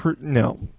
No